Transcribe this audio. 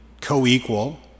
co-equal